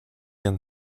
jen